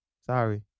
Sorry